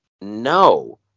no